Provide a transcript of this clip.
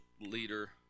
leader